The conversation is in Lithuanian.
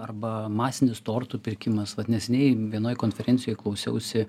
arba masinis tortų pirkimas vat neseniai vienoj konferencijoj klausiausi